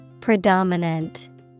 Predominant